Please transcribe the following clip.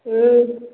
ହୁଁ